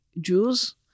Jews